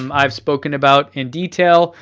um i've spoken about in detail.